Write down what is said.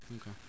Okay